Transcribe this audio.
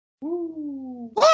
Woo